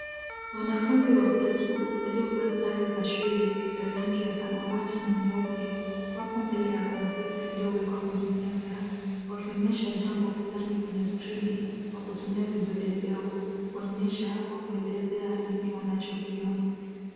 Wanafunzi watatu waliovaa sare za shule za rangi ya samawati na nyeupe , wapo mbele ya kompyuta iliyowekwa juu ya meza wakionyesha jambo fulani kwenye (cs) screen(cs) kwa kutumia vidole vyao kuonyesha au kuelezea nini wanachokiona.